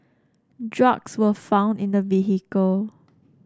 drugs were found in the vehicle